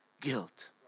guilt